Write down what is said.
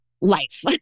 life